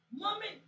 mommy